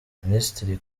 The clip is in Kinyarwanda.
minisitiri